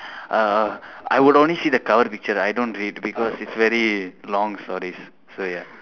uh I would only see the cover picture I don't read because it's very long stories so ya